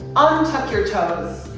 untuck your toes.